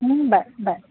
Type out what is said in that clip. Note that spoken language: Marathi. हं बाय बाय